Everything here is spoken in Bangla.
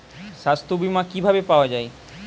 সাস্থ্য বিমা কি ভাবে পাওয়া যায়?